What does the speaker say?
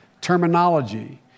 terminology